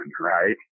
right